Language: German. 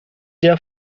der